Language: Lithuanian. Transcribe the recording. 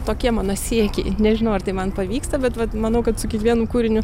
tokie mano siekiai nežinau ar tai man pavyksta bet vat manau kad su kiekvienu kūriniu